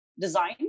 design